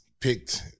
picked